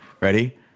Ready